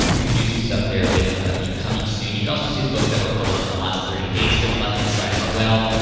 you can do some stuff there with ah the coming soon. you can also see the books that were published in the last thirty days here on left hand side as well.